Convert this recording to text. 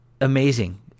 amazing